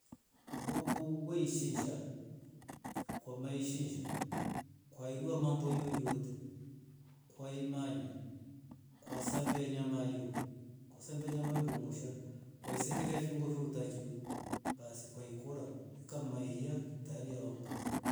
Ngukuu weishinja kwame isinjaa ukaidua mambo ii yote kwaimanya yote ukasambia nyama yoo undungusha ukaisengeta viungo vyo vitakie basi ukaikora huu ikame iyaa tayari yamevaa ni mbaka.